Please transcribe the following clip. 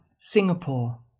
Singapore